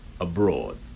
abroad